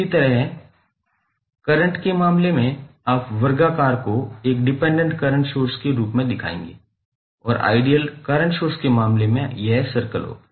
इसी तरह करंट के मामले में आप वर्गाकार को एक डिपेंडेंट करंट सोर्स के रूप में दिखाएंगे और आइडियल करंट सोर्स के मामले में यह सर्कल होगा